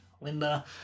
Linda